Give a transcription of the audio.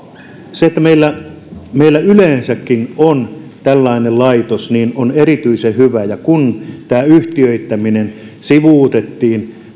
se että meillä yleensäkin on tällainen laitos ovat erityisen hyvät ja kun tämä yhtiöittäminen sivuutettiin